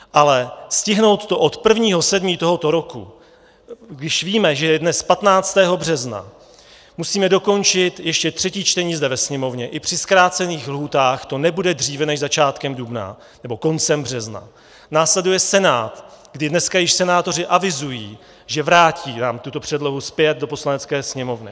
Ale stihnout to od 1. 7. tohoto roku, když víme, že je dnes 15. března, musíme dokončit ještě třetí čtení ve Sněmovně, i při zkrácených lhůtách to nebude dříve než začátkem dubna nebo koncem března, následuje Senát, kdy dneska již senátoři avizují, že nám vrátí tuto předlohu zpět do Poslanecké sněmovny...